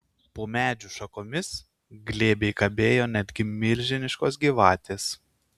po medžių šakomis glebiai kabėjo netgi milžiniškos gyvatės